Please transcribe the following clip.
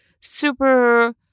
super